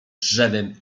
drzewem